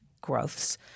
growths